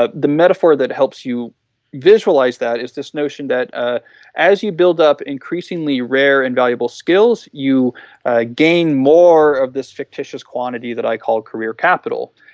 the metaphor that helps you visualize that is this notion that ah as you build up increasingly rare and valuable skills, you ah gain more of this fictitious quantity that i call career capital.